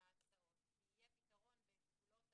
ההסעות כי יהיה פתרון בגבולות